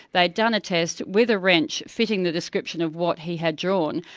they'd done a test with a wrench fitting the description of what he had drawn,